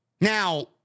Now